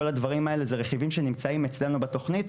כל הדברים האלה הם רכיבים שנמצאים אצלנו בתוכנית,